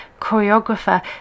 choreographer